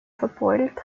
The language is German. verbeult